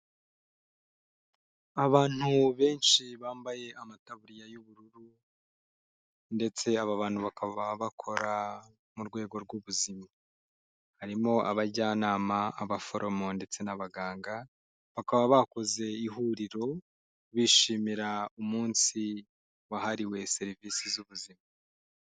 Abantu benshi bambaye amataburiya y'ubururu ndetse aba bantu bakaba bakora mu rwego rw'ubuzima, harimo abajyanama, abaforomo ndetse n'abaganga bakaba bakoze ihuriro bishimira umunsi wahariwe serivisi z'ubuzima.